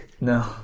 No